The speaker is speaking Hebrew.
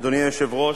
אדוני היושב-ראש,